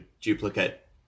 duplicate